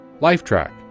Lifetrack